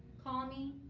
call me.